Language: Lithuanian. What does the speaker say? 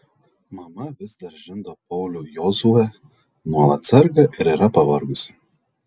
mama vis dar žindo paulių jozuę nuolat serga ir yra pavargusi